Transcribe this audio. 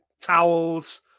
towels